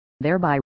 Thereby